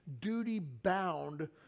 duty-bound